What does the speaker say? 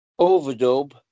overdub